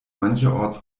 mancherorts